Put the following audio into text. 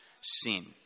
sin